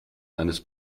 eines